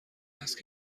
است